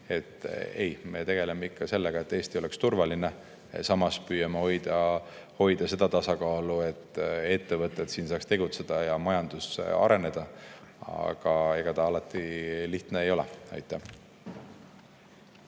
Ei, me tegeleme ikka sellega, et Eestis oleks turvaline, samas püüame hoida tasakaalu, et ettevõtted saaks siin tegutseda ja majandus areneda. Aga ega see alati lihtne ei ole. Aitäh